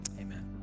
Amen